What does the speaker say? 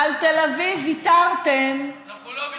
על תל אביב ויתרתם, אנחנו לא ויתרנו.